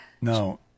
No